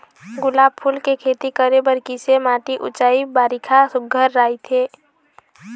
गुलाब फूल के खेती करे बर किसे माटी ऊंचाई बारिखा सुघ्घर राइथे?